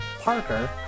Parker